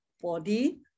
body